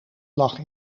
lag